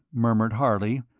murmured harley,